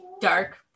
dark